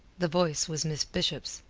the voice was miss bishop's,